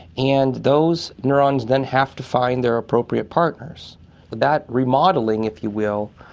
and those neurons then have to find their appropriate partners, but that remodelling, if you will,